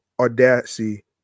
Audacity